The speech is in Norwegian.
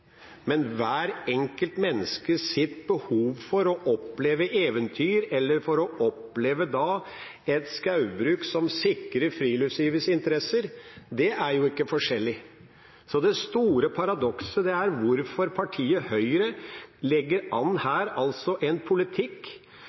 Men hvert enkelt menneskes behov for å oppleve eventyr, eller for å oppleve skogbruk som sikrer friluftslivets interesser, er jo ikke forskjellig. Så det store paradokset er hvorfor Høyre her legger opp til en politikk